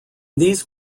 these